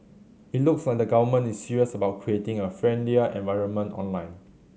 it looks like the Government is serious about creating a friendlier environment online